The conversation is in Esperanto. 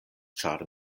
ĉar